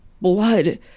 blood